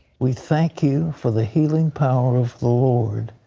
we thank you for the healing power of the lord.